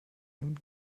nun